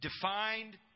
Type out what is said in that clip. defined